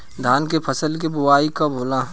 धान के फ़सल के बोआई कब होला?